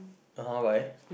(uh huh) why